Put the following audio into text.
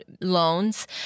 loans